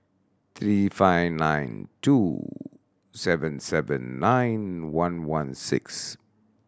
three five nine two seven seven nine one one six